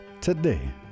today